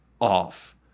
off